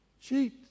cheat